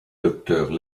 docteur